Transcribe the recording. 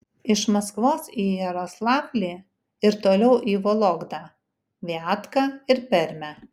iš maskvos į jaroslavlį ir toliau į vologdą viatką ir permę